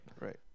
Right